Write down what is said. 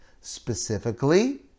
Specifically